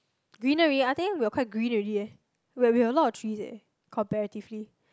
greenery I think we're quite green already eh we have a lot of trees eh comparatively